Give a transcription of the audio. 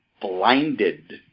blinded